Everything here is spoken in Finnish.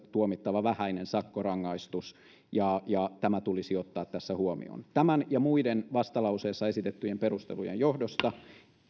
tuomittava vähäinen sakkorangaistus ja ja tämä tulisi ottaa tässä huomioon tämän ja muiden vastalauseessa esitettyjen perustelujen johdosta